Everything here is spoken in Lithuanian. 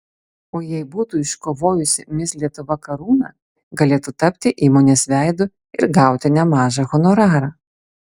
o jei būtų iškovojusi mis lietuva karūną galėtų tapti įmonės veidu ir gauti nemažą honorarą